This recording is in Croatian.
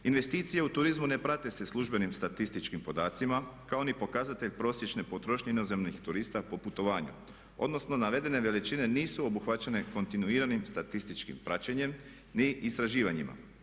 Investicije u turizmu ne prate se službenim statističkim podacima kao ni pokazatelj prosječne potrošnje inozemnih turista po putovanju, odnosno navedene veličine nisu obuhvaćene kontinuiranim statističkim praćenjem ni istraživanjima.